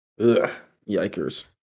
yikers